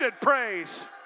praise